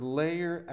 layer